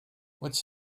what’s